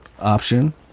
option